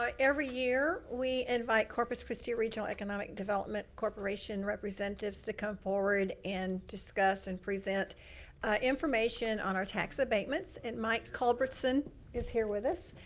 um every year, we invite corpus christi regional economic development corporation representatives to come forward and discuss and present information on our tax abatements. and mike culverson is here with us.